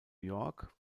york